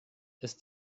ist